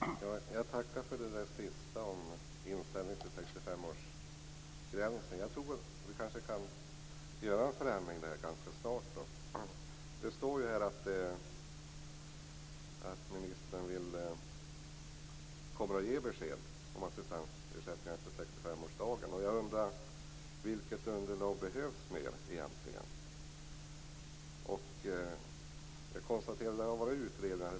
Herr talman! Jag tackar för det sista socialministern sade, inställningen till 65-årsgränsen. Jag tror att vi kanske kan göra en förändring ganska snart. Jag ser här att ministern kommer att ge besked om assistansersättning efter 65-årsdagen. Jag undrar vilket ytterligare underlag som behövs.